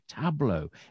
tableau